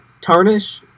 tarnish